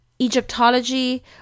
Egyptology